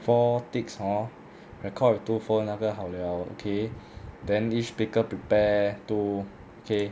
for ticks hor record with two phone 那个好了 okay then each speaker prepare two K